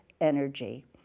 energy